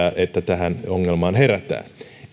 että tähän ongelmaan herätään